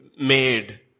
made